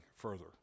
Further